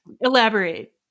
Elaborate